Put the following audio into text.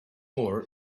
more